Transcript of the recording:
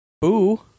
Boo